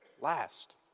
last